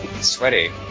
sweaty